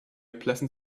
pleasant